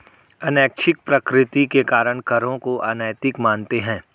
अनैच्छिक प्रकृति के कारण करों को अनैतिक मानते हैं